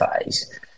phase